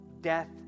death